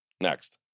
Next